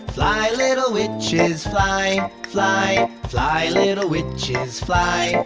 fly, little witches. fly, fly, fly, little witches. fly,